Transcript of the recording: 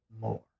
more